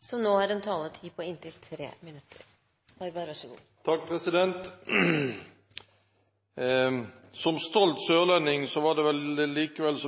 så